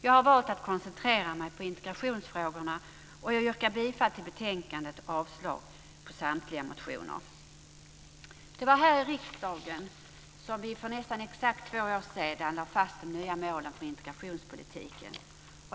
Jag har valt att koncentrera mig på integrationsfrågorna, och jag yrkar bifall till utskottets hemställan i betänkandet och avslag på samtliga motioner. Det var här i riksdagen som vi för nästan exakt två år sedan lade fast de nya målen för integrationspolitiken.